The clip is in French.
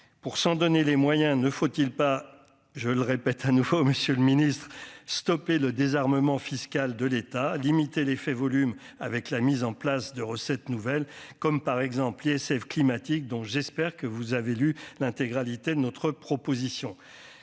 pour s'en donner les moyens, ne faut-il pas, je le répète à nouveau, Monsieur le Ministre, stopper le désarmement fiscal de l'État d'imiter l'effet volume avec la mise en place de recettes nouvelles, comme par exemple l'ISF climatique dont j'espère que vous avez lu l'intégralité de notre proposition